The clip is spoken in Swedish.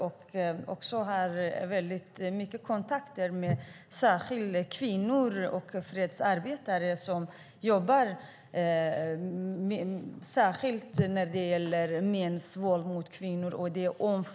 Jag har mycket kontakt med kvinnor och fredsarbetare som jobbar med framför allt mäns våld mot kvinnor.